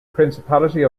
principality